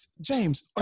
James